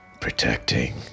protecting